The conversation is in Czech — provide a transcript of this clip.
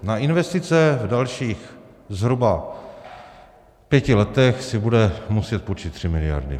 Na investice v dalších zhruba pěti letech si bude muset půjčit 3 miliardy.